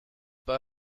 pas